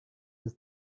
war